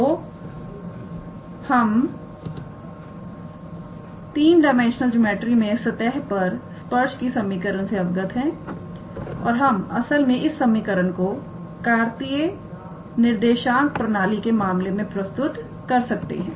तो हम 3 dimensional geometry में सतह पर स्पर्श की समीकरण से अवगत है और हम असल में इस समीकरण को कार्तीय निर्देशांक प्रणाली के मामले में प्रस्तुत कर सकते हैं